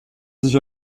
sich